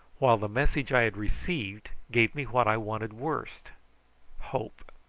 while the message i had received gave me what i wanted worst hope.